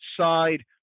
side